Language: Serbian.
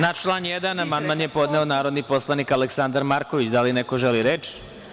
Na član 1. amandman je podneo narodni poslanik Aleksandar Marković Da li neko želi reč?